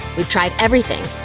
we've tried everything.